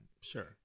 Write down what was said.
Sure